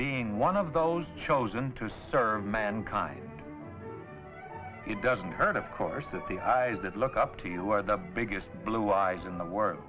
being one of those chosen to serve mankind it doesn't hurt of course that the high that look up to you are the biggest blue eyes in the wor